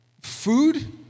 Food